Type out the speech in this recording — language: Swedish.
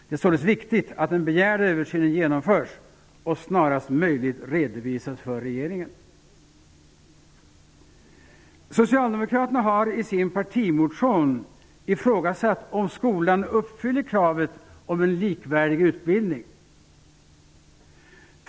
Det är således viktigt att den begärda översynen genomförs och snarast möjligt redovisas för regeringen. Socialdemokraterna har i sin partimotion ifrågasatt om skolan uppfyller kravet på en likvärdig utbildning.